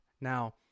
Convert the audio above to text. Now